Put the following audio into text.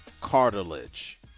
cartilage